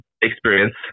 experience